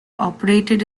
operated